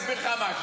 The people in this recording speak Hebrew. אני אסביר לך משהו.